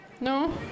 No